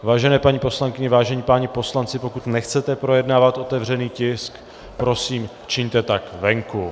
Vážené paní poslankyně, vážení páni poslanci, pokud nechcete projednávat otevřený tisk, prosím, čiňte tak venku.